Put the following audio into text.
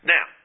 Now